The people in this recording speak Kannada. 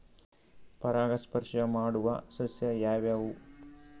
ಪರಾಗಸ್ಪರ್ಶ ಮಾಡಾವು ಸಸ್ಯ ಯಾವ್ಯಾವು?